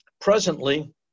Presently